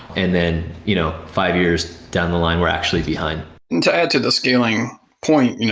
and then you know five years down the line, we're actually behind and to add to the scaling point, you know